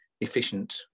efficient